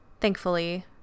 Thankfully